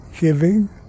giving